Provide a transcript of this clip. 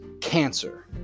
cancer